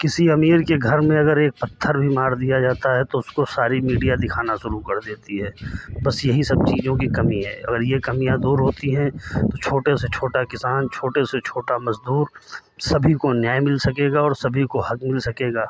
किसी अमीर के घर में अगर एक पत्थर भी मार दिया जाता है तो उसको सारी मीडिया दिखाना शुरू कर देती है बस यही सब चीज़ों की कमी है अगर ये कमियाँ दूर होती है तो छोटे से छोटा किसान छोटे से छोटा मजदूर सभी को न्याय मिल सकेगा और सभी को हक मिल सकेगा